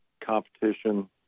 competition